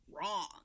wrong